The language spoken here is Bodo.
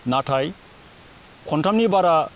नाथाय खनथामनि बारा